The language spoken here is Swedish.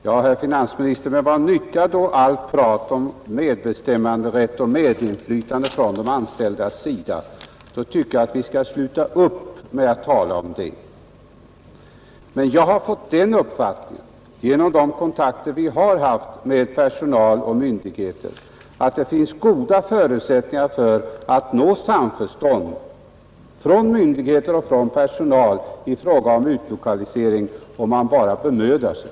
Ja, herr finansminister, men vad nyttar då allt prat om medbestämmanderätt och medinflytande från de anställdas sida? Då tycker jag att vi skall sluta upp med att tala om sådant. Jag har fått den uppfattningen genom de kontakter vi har haft med personal och myndigheter att det finns goda förutsättningar för att nå samförstånd med myndigheter och personal i fråga om utlokalisering om man bara bemödar sig.